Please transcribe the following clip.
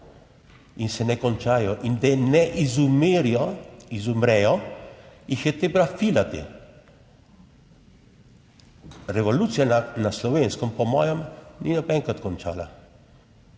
in se ne končajo, in da ne izumrejo, jih je treba filati. Revolucija na Slovenskem po mojem ni nobenkrat končana.